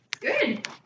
Good